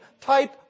type